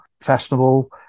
fashionable